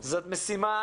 זאת משימה